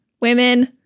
women